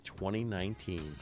2019